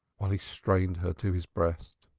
while he strained her to his breast.